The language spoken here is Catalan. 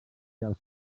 dels